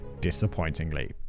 disappointingly